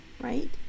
right